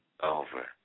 over